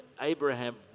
Abraham